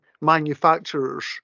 manufacturers